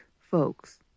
folks